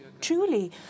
truly